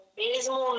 mesmo